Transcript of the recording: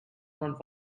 not